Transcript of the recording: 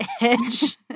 edge